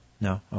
No